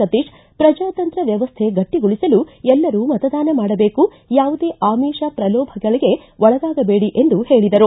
ಸತೀಶ ಪ್ರಜಾತಂತ್ರ ವ್ವವಸ್ಟೆ ಗಟ್ಟಗೊಳಿಸಲು ಎಲ್ಲರೂ ಮತದಾನ ಮಾಡಬೇಕು ಯಾವುದೇ ಆಮಿಷ ಪ್ರಲೋಭನೆಗಳಿಗೆ ಒಳಗಾಗಬೇಡಿ ಎಂದು ಹೇಳದರು